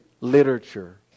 literature